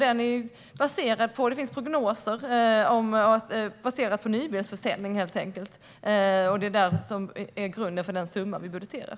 Den är baserad på prognoser över nybilsförsäljning, och detta ligger till grund för den summa vi budgeterar.